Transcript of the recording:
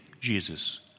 Jesus